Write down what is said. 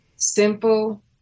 Simple